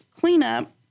cleanup